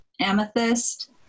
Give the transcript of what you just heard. amethyst